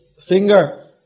finger